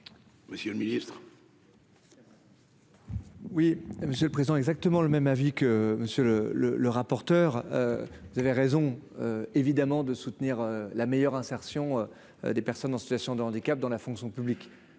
Monsieur le Ministre. Oui, monsieur le président, exactement le même avis que monsieur le le le rapporteur, vous avez raison évidemment de soutenir la meilleure insertion des personnes en situation de handicap dans la fonction publique,